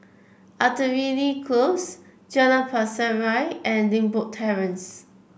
Artillery Close Jalan Pasir Ria and Limbok Terrace